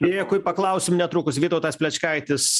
dėkui paklausim netrukus vytautas plečkaitis